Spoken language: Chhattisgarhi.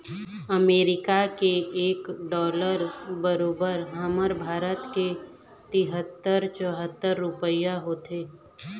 अमरीका के एक डॉलर बरोबर हमर भारत के तिहत्तर चउहत्तर रूपइया होथे